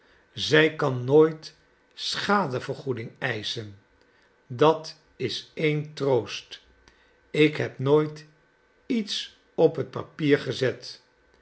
zij kan nooit schadevergoeding eischen dat is een troost ik heb nooit iets op het papier gezet